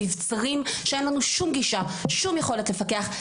מבצרים שאין לנו שום גישה ושום יכולת לפקח.